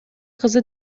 кызды